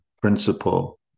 principle